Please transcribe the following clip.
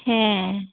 ᱦᱮᱸᱻ